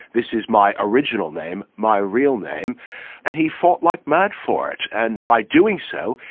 this is my original name, my real name and he fought like mad for it. and by doing so,